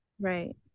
Right